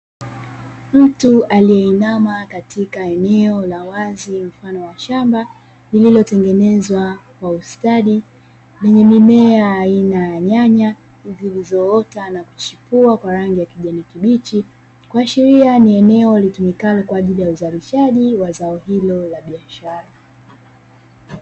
Mtu aliyeinama katika eneo la wazi mfano wa shamba, lililotengenezwa kwa ustadi, lenye mimea aina ya nyanya zilizoota na kuchipua kwa rangi ya kijani kibichi, kuashiria ni eneo litumikalo kwa ajili ya uzalishaji wa zao hilo la biashara.